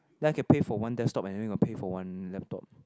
then I can pay for one desktop and then gotta pay for one laptop